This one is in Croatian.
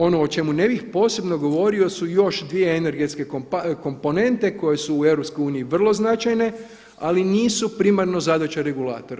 Ono o čemu ne bih posebno govorio su još dvije energetske komponente koje su u EU vrlo značajne, ali nisu primarno zadaća regulatora.